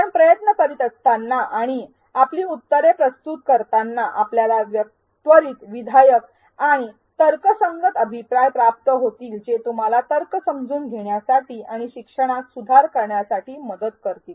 आपण प्रयत्न करीत असताना आणि आपली उत्तरे प्रस्तुत करताना आपल्याला त्वरित विधायक आणि तर्कसंगत अभिप्राय प्राप्त होतील जे तुम्हाला तर्क समजून घेण्यासाठी आणि शिक्षणात सुधार करण्यासाठी मदत करतील